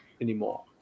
anymore